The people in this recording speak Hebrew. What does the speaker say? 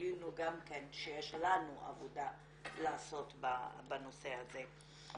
גילינו שגם לנו יש עבודה לעשות בנושא הזה.